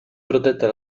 protetta